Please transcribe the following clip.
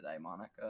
monica